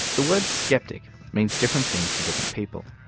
the word skeptic means different things to different people.